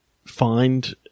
Find